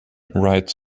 writes